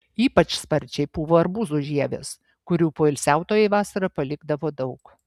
ypač sparčiai pūva arbūzų žievės kurių poilsiautojai vasarą palikdavo daug